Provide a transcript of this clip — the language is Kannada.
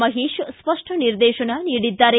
ಮಹೇಶ್ ಸ್ಪಷ್ಟ ನಿರ್ದೇಶನ ನೀಡಿದ್ದಾರೆ